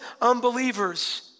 unbelievers